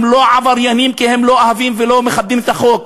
הם לא עבריינים כי הם לא אוהבים ולא מכבדים את החוק,